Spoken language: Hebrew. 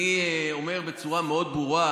אני אומר בצורה מאוד ברורה